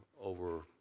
over